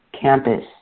campus